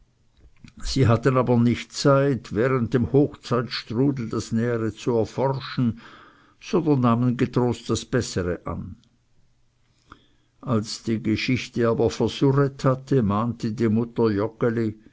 sie hatten aber nicht zeit während dem hochzeitstrudel das nähere zu erforschen sondern nahmen getrost das bessere an als die geschichte aber versurret hatte mahnte die mutter